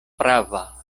prava